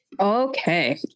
okay